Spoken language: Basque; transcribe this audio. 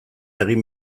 egin